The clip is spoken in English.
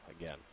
again